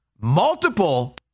multiple